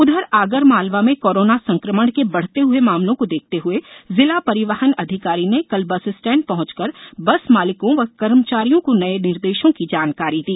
उधर आगरमालवा में कोरोना संक्रमण के बढ़ते ह्ए मामलों को देखते ह्ए जिला परिवहन अधिकारी ने कल बस स्टेण्ड पहुंचकर बस मालिकों व कर्मचारियों को नए निर्देशों की जानकारी दी